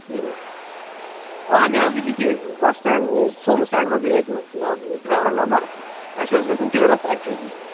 ٹھیٖک آ مےٚ حظ دیُت یہِ کہِ بس سٹینڈ سوموٗ سٹینڈ منٛزٕے أکۍ نفر ڈرایورَن نمبر اَسہِ اوس گژھُن ٹیوٗرس ایٚکچُولی